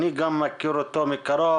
אני גם מכיר אותו מקרוב,